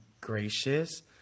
gracious